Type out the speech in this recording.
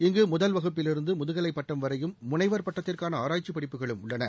இங்கு முதல் வகுப்பிலிருந்து முதுகலைப் பட்டம் வரையும் முனைவர் பட்டத்திற்கான ஆராய்ச்சிப் படிப்புகளும் உள்ளன